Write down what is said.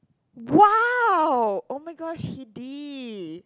!wow! oh-my-gosh he did